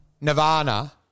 Nirvana